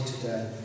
today